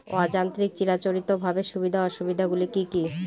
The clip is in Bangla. অযান্ত্রিক চিরাচরিতভাবে সুবিধা ও অসুবিধা গুলি কি কি?